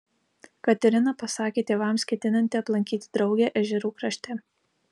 katerina pasakė tėvams ketinanti aplankyti draugę ežerų krašte